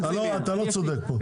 אתה לא צודק פה,